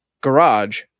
garage